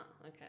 okay